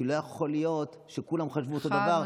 כי לא יכול להיות שכולם חשבו אותו דבר,